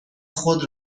خود